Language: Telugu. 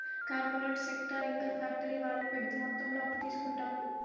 కార్పొరేట్ సెక్టార్ ఇంకా ఫ్యాక్షరీ వాళ్ళు పెద్ద మొత్తంలో అప్పు తీసుకుంటారు